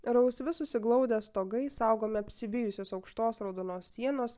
rausvi susiglaudę stogai saugomi apsivijusios aukštos raudonos sienos